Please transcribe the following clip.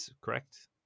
correct